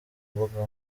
mbuga